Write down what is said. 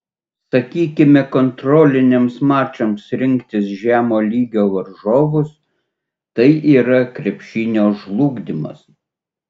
sakykime kontroliniams mačams rinktis žemo lygio varžovus tai yra krepšinio žlugdymas